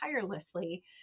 tirelessly